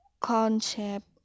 concept